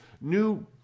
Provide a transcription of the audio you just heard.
new